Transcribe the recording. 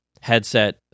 headset